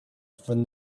from